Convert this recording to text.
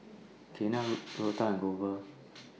Kiana Ruthann and Glover